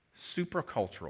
supercultural